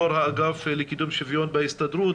יו"ר האגף לקידום שוויון בהסתדרות,